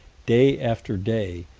day after day,